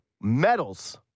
Medals